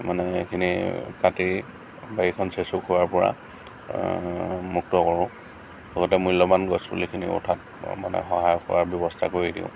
মানে এইখিনি কাটি বাৰীখন চেঁচুক হোৱাৰ পৰা মুক্ত কৰোঁ লগতে মূল্যৱান গছপুলিখিনি হৈ উঠাত মানে সহায়ৰ ব্যৱস্থা কৰি দিওঁ